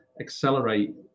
accelerate